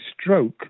stroke